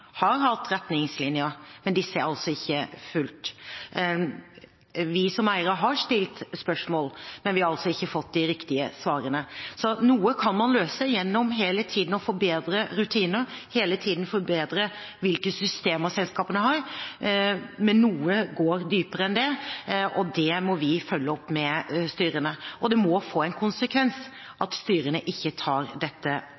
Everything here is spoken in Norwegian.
har hatt retningslinjer, men disse er altså ikke fulgt. Vi som eiere har stilt spørsmål, men vi har ikke fått de riktige svarene. Noe kan man løse gjennom hele tiden å forbedre rutiner og de systemer selskapene har, men noe går dypere enn det, og det må vi følge opp med styrene, og det må få en konsekvens hvis styrene ikke tar dette